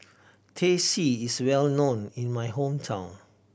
Teh C is well known in my hometown